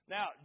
Now